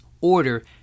order